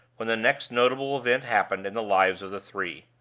when the next notable event happened in the lives of the three.